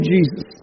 Jesus